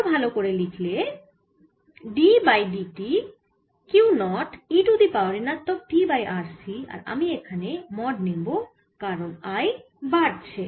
আরও ভাল করে লিখলে d by dt Q 0 e to the power ঋণাত্মক t বাই RC আর আমি এখানে মড নেব কারণ I বাড়ছে